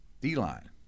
D-line